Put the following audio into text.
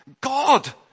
God